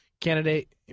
candidate